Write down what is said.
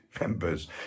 members